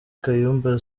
kayumba